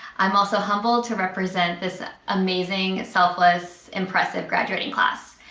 i'm also humbled to represent this ah amazing southwest, impressive graduating class.